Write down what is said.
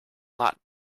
lot